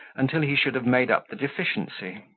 until he should have made up the deficiency,